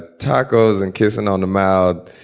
tacos and kissing on the mouth